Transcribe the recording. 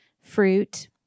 Fruit